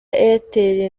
airtel